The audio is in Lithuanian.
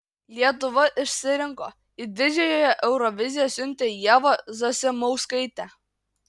lietuva išsirinko į didžiąją euroviziją siuntė ievą zasimauskaitę